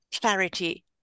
clarity